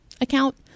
account